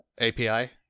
API